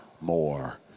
more